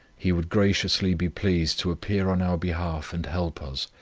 he would graciously be pleased to appear on our behalf and help us,